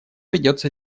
ведется